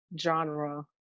genre